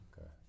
Okay